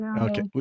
okay